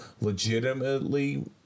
legitimately